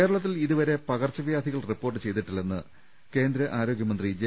കേരളത്തിൽ ഇതുവരെ പകർച്ചവ്യാധികൾ റിപ്പോർട്ട് ചെയ്തിട്ടില്ലെന്ന് ആരോഗൃമന്ത്രി ജെ